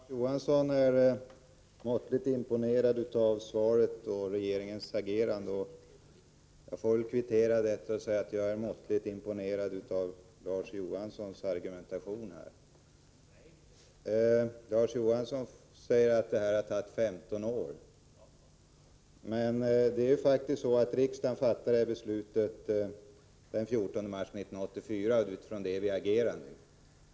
Fru talman! Larz Johansson är måttligt imponerad av svaret och regeringens agerande. Jag får väl kvittera och säga att jag är måttligt imponerad av Larz Johanssons argumentation. Larz Johansson säger att det hela har tagit 15 år. Men riksdagen fattade faktiskt beslutet den 14 mars 1984, och det är utifrån det vi agerar.